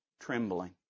trembling